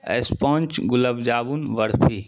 sponge gulab jamun barfi